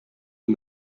and